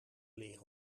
leren